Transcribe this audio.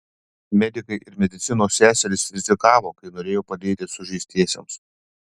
medikai ir medicinos seserys rizikavo kai norėjo padėti sužeistiesiems